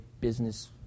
Business